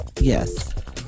Yes